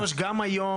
גם היום,